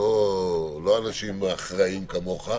לא אנשים אחראים כמוך.